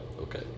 okay